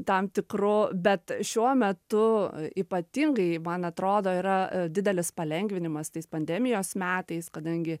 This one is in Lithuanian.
tam tikru bet šiuo metu ypatingai man atrodo yra e didelis palengvinimas tais pandemijos metais kadangi